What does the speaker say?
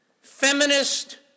feminist